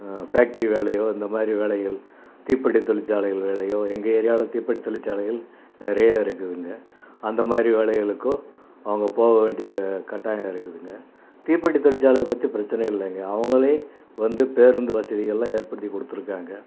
factory வேலையோ இந்த மாதிரி வேலைகள் தீப்பெட்டி சாலைகள் வேலையோ எங்கள் ஏரியாவில் தீப்பெட்டி தொழிற்சாலைகள் நிறையா இருக்குதுங்க அந்த மாதிரி வேலைகளுக்கோ அவங்க போக வேண்டிய கட்டாயம் இருக்குதுங்க தீப்பெட்டி தொழிற்சாலையை பற்றி பிரச்சினை இல்லைங்க அவங்களே வந்து பேருந்து வசதிகளெலாம் ஏற்படுத்திக் கொடுத்துருக்காங்க